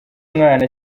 mwana